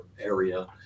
area